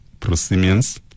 prosimians